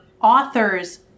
author's